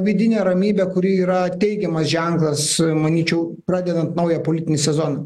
vidinė ramybė kuri yra teigiamas ženklas manyčiau pradedant naują politinį sezoną